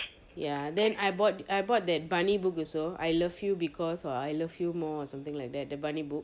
ya then I bought I bought that bunny book also I love you because or I love you more or something like that the bunny book